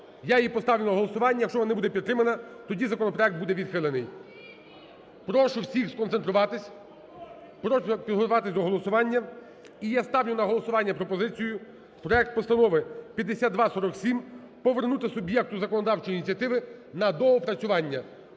я її поставлю на голосування, якщо вона не буде підтримана тоді законопроект буде відхилений. Прошу всіх сконцентруватись, прошу активізуватись до голосування. І я ставлю на голосування пропозицію проект постанови 5247 повернути суб'єкту законодавчої ініціативи на доопрацювання.